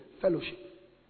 fellowship